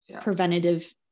preventative